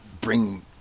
bring